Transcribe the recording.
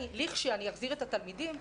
לכשאני אחזיר את התלמידים,